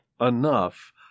enough